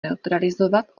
neutralizovat